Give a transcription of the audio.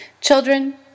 Children